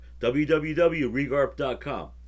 www.regarp.com